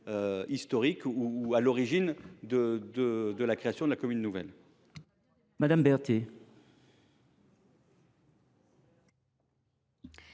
historiques ou à l’origine de la création de la commune nouvelle.